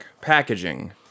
packaging